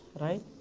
right